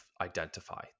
identify